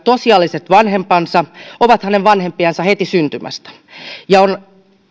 tosiasialliset vanhempansa ovat hänen vanhempiansa heti syntymästä ja on